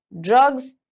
drugs